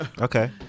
Okay